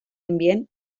ambient